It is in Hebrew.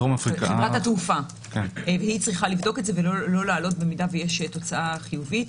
חברת התעופה צריכה לבדוק את זה ולא להעלות במידה שיש תוצאה חיובית.